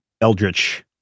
eldritch